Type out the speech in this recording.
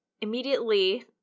Immediately